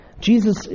Jesus